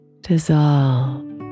dissolve